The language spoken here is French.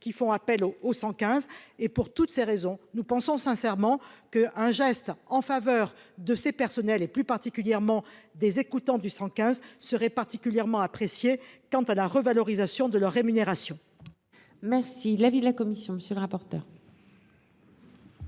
qui font appel au au 115 et pour toutes ces raisons, nous pensons sincèrement que un geste en faveur de ces personnels et plus particulièrement des écoutants du 115 serait particulièrement quant à la revalorisation de leur rémunération. Merci l'avis de la commission, monsieur le rapporteur.